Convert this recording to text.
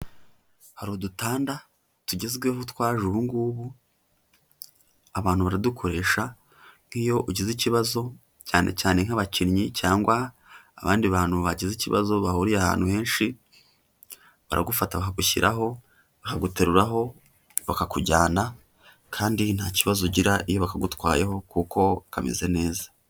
Hari udutanda tugezweho twaje ubu ngubu, abantu baradukoresha nk'iyo ugize ikibazo cyane cyane nk'abakinnyi cyangwa abandi bantu bagize ikibazo bahuriye ahantu henshi, baragufata bakagushyiraho, bakaguteruraho, bakakujyana kandi nta kibazo ugira iyo bakagutwayeho kuko kameze neza.